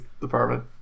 Department